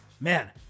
Man